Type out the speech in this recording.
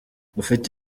ufite